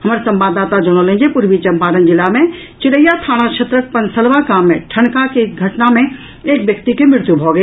हमार संवाददाता जनौलनि जे पूर्वी चंपारण जिला मे चिरैया थाना क्षेत्रक पनसलवा गाम मे ठनका के घटना मे एक व्यक्ति के मृत्यू भऽ गेल